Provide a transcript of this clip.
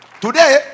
today